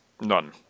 none